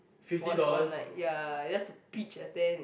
for that one night ya just to pitch a tent is